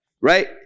right